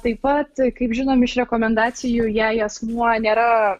taip pat kaip žinom iš rekomendacijų jei asmuo nėra